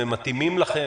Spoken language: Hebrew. הם מתאימים לכם?